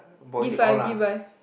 give five give my